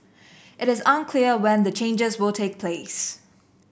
it is unclear when the changes will take place